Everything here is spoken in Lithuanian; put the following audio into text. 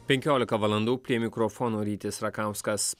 penkiolika valandų prie mikrofono rytis rakauskas